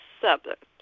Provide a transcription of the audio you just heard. subject